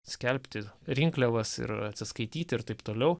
skelbti rinkliavas ir atsiskaityti ir taip toliau